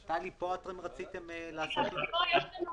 טלי, פה אתם רציתם לעשות --- פה יש לנו